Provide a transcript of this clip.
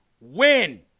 win